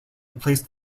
replaced